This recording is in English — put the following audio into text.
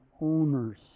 owners